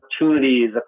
opportunities